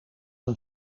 een